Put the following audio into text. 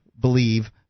believe